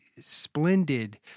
splendid